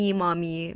mommy